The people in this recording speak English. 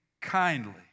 kindly